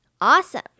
Awesome